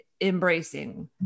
embracing